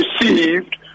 received